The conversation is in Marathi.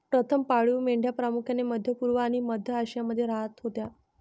प्रथम पाळीव मेंढ्या प्रामुख्याने मध्य पूर्व आणि मध्य आशियामध्ये राहत होत्या